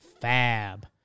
Fab